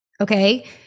okay